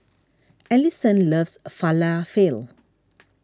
Alyson loves Falafel